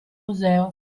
museo